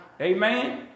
Amen